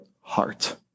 heart